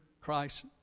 Christ